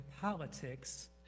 politics